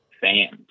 fans